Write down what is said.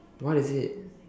what is it